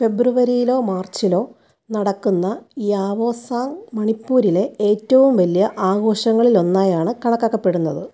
ഫെബ്രുവരിയിലോ മാർച്ചിലോ നടക്കുന്ന യാവോസാങ് മണിപ്പൂരിലെ ഏറ്റവും വലിയ ആഘോഷങ്ങളിൽ ഒന്നായാണ് കണക്കാക്കപ്പെടുന്നത്